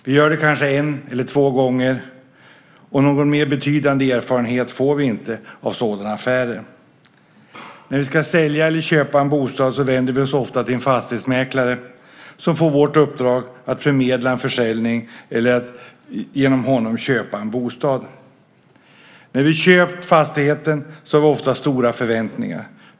Vi gör det kanske en eller två gånger, och någon mer betydande erfarenhet får vi inte av sådana affärer. När vi ska sälja eller köpa en bostad vänder vi oss ofta till en fastighetsmäklare som får vårt uppdrag att förmedla en försäljning eller att genom honom köpa en bostad. När vi har köpt fastigheten har vi ofta stora förväntningar.